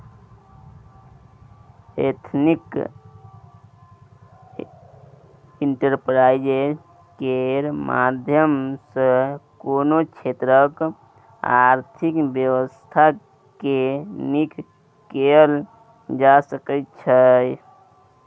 ethnic enterprise केर माध्यम सँ कोनो क्षेत्रक आर्थिक बेबस्था केँ नीक कएल जा सकै छै